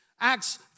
Acts